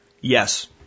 Yes